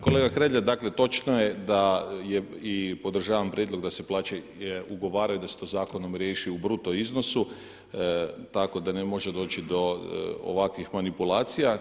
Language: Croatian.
Kolega Hrelja, dakle točno je da je i podržavam prijedlog da se plaće ugovaraju, da se to zakonom riješi u bruto iznosu tako da ne može doći do ovakvih manipulacija.